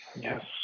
Yes